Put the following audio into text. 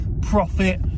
profit